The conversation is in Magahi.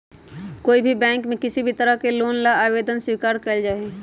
कोई भी बैंक में किसी भी तरह के लोन ला आवेदन स्वीकार्य कइल जाहई